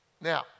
Now